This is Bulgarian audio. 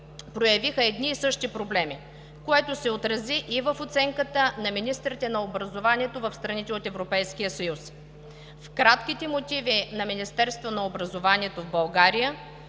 проявиха едни и същи проблеми, което се отрази и в оценката на министрите на образованието в страните от Европейския съюз. В кратките мотиви на Министерството на образованието и науката